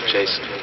Jason